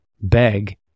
beg